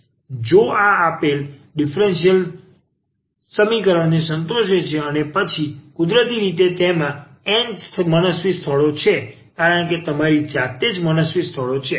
જો આ આપેલ ડીફરન્સીયલ સમીકરણને સંતોષે છે અને પછી કુદરતી રીતે તેમાં n મનસ્વી સ્થળો છે કારણ કે તમારી જાતે જ મનસ્વી સ્થળો છે